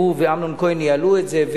שהוא ואמנון כהן יעלו את זה,